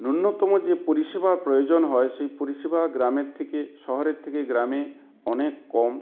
ন্যূন্নতম যে পরিষেবার প্রয়োজন হয় সেই পরিষেবা গ্রামের থেকে শহরের থেকে গ্রামে অনেক কম